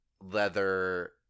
leather